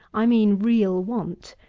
i mean real want,